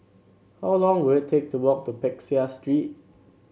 how long will it take to walk to Peck Seah Street